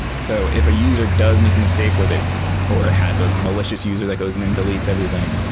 so if a user does make a mistake where they or it has a malicious user that goes in and deletes everything,